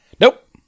Nope